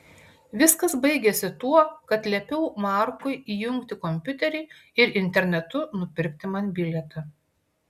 viskas baigėsi tuo kad liepiau markui įjungti kompiuterį ir internetu nupirkti man bilietą